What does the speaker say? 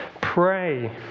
pray